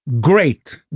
great